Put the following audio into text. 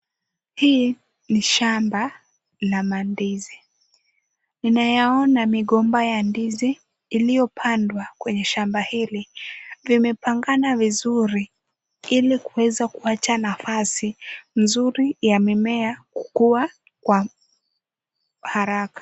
Hii ni shamba la mandizi, ninayaona migomba ya ndizi iliyopandwa kwenye shamba hili. Zimepangana vizuri ili kuweza kuwacha nafasi mzuri ya mimea kukua kwa haraka.